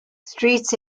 streets